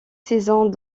saisons